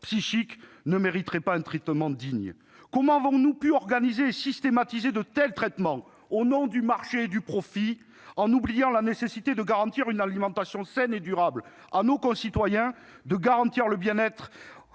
psychique, ne méritaient pas un traitement digne ? Comment avons-nous pu organiser et systématiser de tels traitements, au nom du marché et du profit, en oubliant la nécessité de garantir une alimentation saine et durable à nos concitoyens, le bien-être